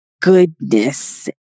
goodness